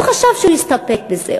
הוא חשב שהוא יסתפק בזה.